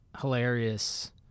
hilarious